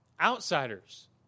outsiders